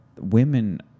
women